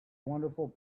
wonderful